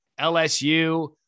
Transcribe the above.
LSU